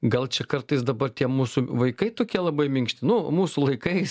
gal čia kartais dabar tie mūsų vaikai tokie labai minkšti nu mūsų laikais